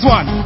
one